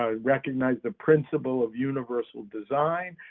ah recognized the principle of universal design,